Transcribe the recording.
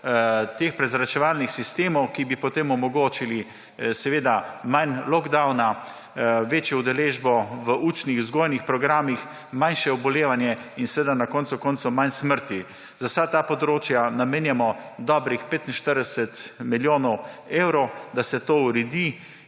teh prezračevalnih sistemov, ki bi potem omogočili seveda manj lockdowna, večjo udeležbo v učnih in vzgojnih programih, manjše obolevanje in seveda na koncu koncev manj smrti. Za vsa ta področja namenjamo dobrih 45 milijonov evrov, da se to uredi.